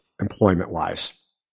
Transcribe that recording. Employment-wise